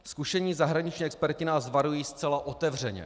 Zkušení zahraničních experti nás varují zcela otevřeně.